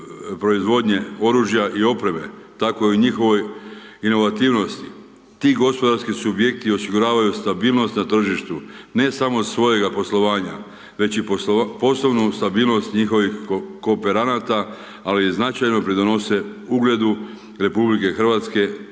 proizvodnje oružja i opreme, tako i u njihovoj inovativnosti. Ti gospodarski subjekti osiguravaju stabilnost na tržištu, ne samo svojega poslovanja već i poslovnu stabilnost njihovih kooperanata, ali i značajno pridonose ugledu RH diljem svijeta.